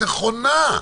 נכון,